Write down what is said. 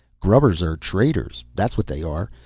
grubbers are traitors that's what they are.